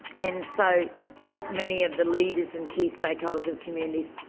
and so what many of the leaders and key stakeholders of communities,